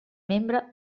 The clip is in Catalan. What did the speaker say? membre